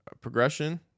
progression